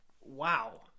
Wow